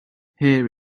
here